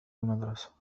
المدرسة